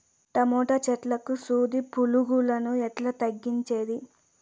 Tomato చెట్లకు సూది పులుగులను ఎట్లా తగ్గించేది?